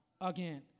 again